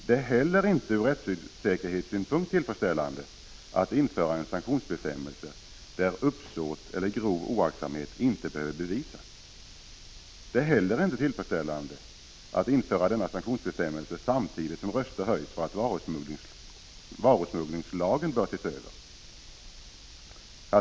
Det är inte heller ur rättssäkerhetssynpunkt tillfredsställande att införa en sanktionsbestämmelse där uppsåt eller grov oaktsamhet inte behöver bevisas. Det är inte heller tillfredsställande att införa denna sanktionsbestämmelse samtidigt som röster höjs för att varusmugglingslagen bör ses över.